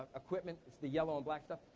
equipment, it's the yellow and black stuff.